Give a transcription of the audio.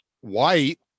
white